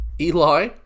Eli